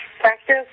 practice